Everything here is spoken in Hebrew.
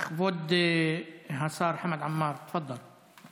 כבוד השר חמד עמאר, תפדל.